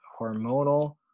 hormonal